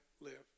live